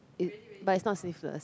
but it's not sleeveless